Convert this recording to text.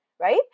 Right